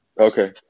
Okay